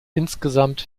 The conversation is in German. insgesamt